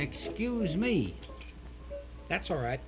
excuse me that's all right